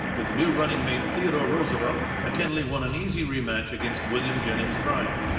with new running mate. theodore roosevelt mckinley won an easy rematch against william jennings bryan